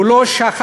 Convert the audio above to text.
הוא לא שכח